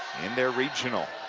in their regional.